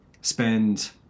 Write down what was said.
spend